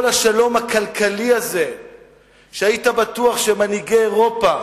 כל השלום הכלכלי הזה שהיית בטוח שמנהיגי אירופה